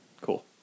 Cool